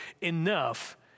enough